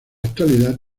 actualidad